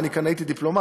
ואני כאן הייתי דיפלומט,